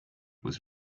was